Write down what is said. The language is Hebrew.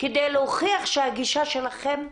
כדי להוכיח שהגישה שלכם אפשרית.